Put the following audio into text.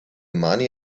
money